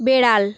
বেড়াল